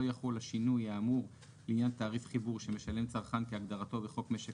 לא יחול השינוי האמור לעניין תעריף חיבור שמשלם צרכן כהגדרתו בחוק משק